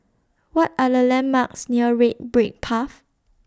What Are The landmarks near Red Brick Path